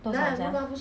多少 sia